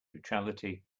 neutrality